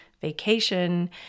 vacation